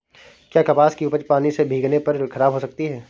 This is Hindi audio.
क्या कपास की उपज पानी से भीगने पर खराब हो सकती है?